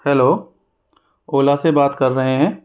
hello Ola से बात कर रहे हैं